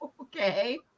Okay